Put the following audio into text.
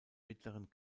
mittleren